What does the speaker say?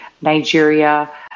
Nigeria